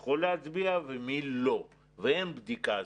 יכול להצביע ומי לא, ואין בדיקה כזאת.